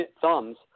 thumbs